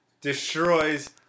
Destroys